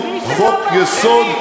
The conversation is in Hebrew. אתה היית אסיר ציון.